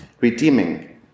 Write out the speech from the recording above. redeeming